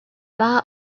bar